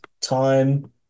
time